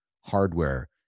hardware